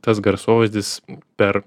tas garsovaizdis per